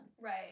Right